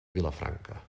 vilafranca